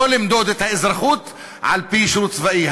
לא למדוד את האזרחות על-פי שירות צבאי,